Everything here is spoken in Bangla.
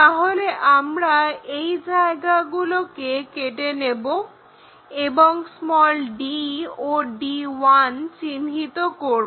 তাহলে আমরা এই জায়গাগুলোকে কেটে নেব এবং d ও d1 চিহ্নিত করব